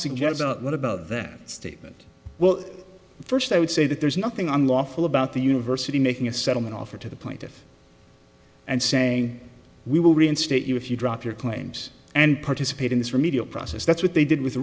suggest what about that statement well first i would say that there's nothing unlawful about the university making a settlement offer to the point of and saying we will reinstate you if you drop your claims and participate in this remedial process that's what they did with